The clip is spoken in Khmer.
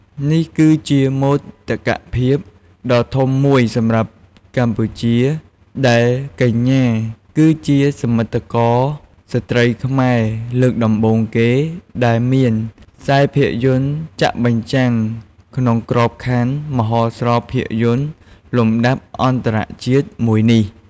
នេះគឺជាមោទកភាពដ៏ធំមួយសម្រាប់កម្ពុជា ដោយកញ្ញាគឺជា សមិទ្ធករស្រ្តីខ្មែរលើកដំបូងគេ ដែលមានខ្សែភាពយន្តចាក់បញ្ចាំងក្នុងក្របខ័ណ្ឌមហោស្រពភាពយន្តលំដាប់អន្តរជាតិមួយនេះ។